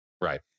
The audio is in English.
Right